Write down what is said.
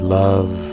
love